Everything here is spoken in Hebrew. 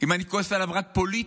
אם אני כועס עליו רק פוליטית.